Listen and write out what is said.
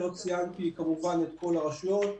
לא ציינתי כמובן את כל הרשויות.